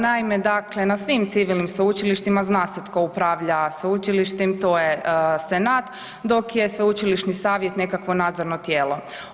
Naime dakle na svim civilnim sveučilištima zna se tko upravlja sveučilištem i to je Senat, dok je Sveučilišni savjet nekakvo nadzorno tijelo.